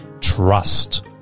Trust